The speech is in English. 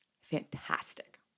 fantastic